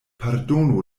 pardonu